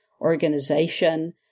organization